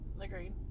agreed